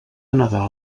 nadal